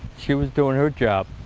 she was doing her job,